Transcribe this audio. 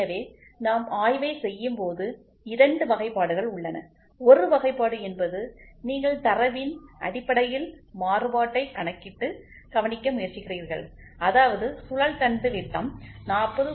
எனவே நாம் ஆய்வைச் செய்யும்போது இரண்டு வகைப்பாடுகள் உள்ளன ஒரு வகைப்பாடு என்பது நீங்கள் தரவின் அடிப்படையில் மாறுபாட்டைக் கணக்கிட்டு கவனிக்க முயற்சிக்கிறீர்கள்அதாவது சுழல் தண்டு விட்டம் 40